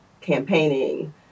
campaigning